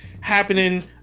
happening